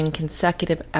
consecutive